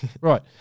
Right